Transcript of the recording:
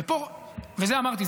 ואמרתי,